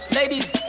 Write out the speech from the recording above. Ladies